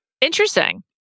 Interesting